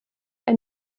ein